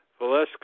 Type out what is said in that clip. Valesco